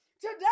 Today